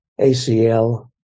ACL